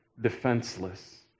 defenseless